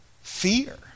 fear